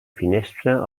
finestra